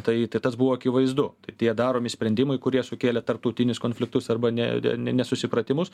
tai tas buvo akivaizdu tai tie daromi sprendimai kurie sukėlė tarptautinius konfliktus arba ne ne nesusipratimus